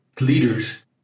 leaders